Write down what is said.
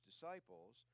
disciples